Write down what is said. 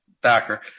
Backer